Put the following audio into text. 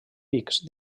pics